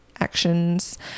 actions